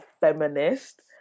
feminist